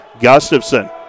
Gustafson